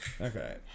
Okay